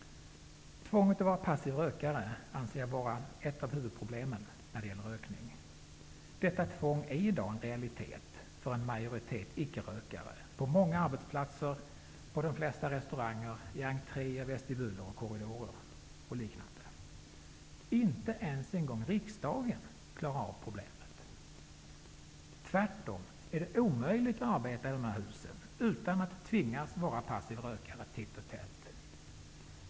Tvånget att vara passiv rökare anser jag vara ett av huvudproblemen när det gäller rökning. Detta tvång är i dag en realitet för en majoritet ickerökare på många arbetsplatser, på de flesta restauranger, i entréer, vestibuler och korridorer etc. Inte ens riksdagen klarar av problemet. Tvärtom är det omöjligt att arbeta i de här husen utan att tvingas vara passiv rökare titt som tätt.